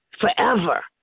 forever